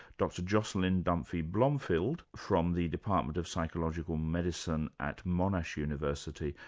dr jocelyn dunphy-blomfield from the department of psychological medicine at monash university.